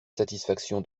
satisfaction